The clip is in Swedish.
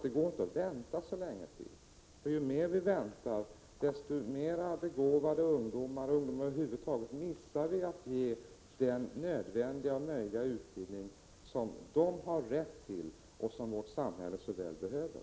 Det går inte att vänta så mycket längre, för ju längre vi väntar, desto fler ungdomar kommer att missa möjligheten att skaffa sig den utbildning som de har rätt till och som så väl behövs i vårt samhälle.